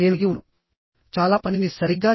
ఈ ఫిగర్ లో చూపిన విధంగా